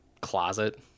closet